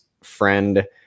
friend